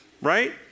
right